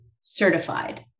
certified